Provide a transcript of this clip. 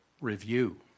review